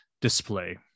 display